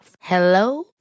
Hello